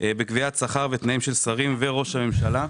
בקביעת שכר בתנאים של שרים וראש הממשלה.